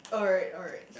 alright alright